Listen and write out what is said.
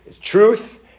truth